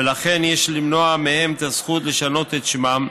ולכן יש למנוע מהם את הזכות לשנות את שמם,